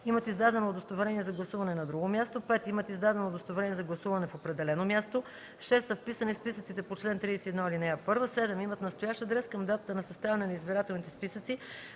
имат издадено удостоверение за гласуване на друго място; 5. имат издадено удостоверение за гласуване в определено място; 6. са вписани в списъците по чл. 31, ал. 1; 7. имат настоящ адрес към датата на съставяне на избирателните списъци